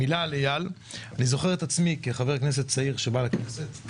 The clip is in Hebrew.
מילה על אייל: אני זוכר את עצמי כחבר כנסת צעיר שבא לכנסת,